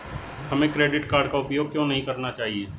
हमें credit card का उपयोग क्यों नहीं करना चाहिए?